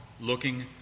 looking